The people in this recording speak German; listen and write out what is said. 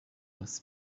aus